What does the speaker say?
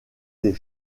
des